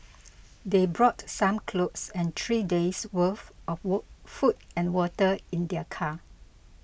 they brought some clothes and three days' worth of were food and water in their car